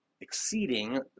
Exceeding